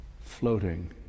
floating